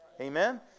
Amen